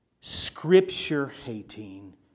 Scripture-hating